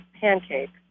pancakes